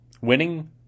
winning